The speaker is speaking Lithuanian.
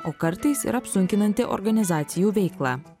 o kartais ir apsunkinanti organizacijų veiklą